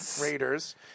Raiders